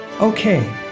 Okay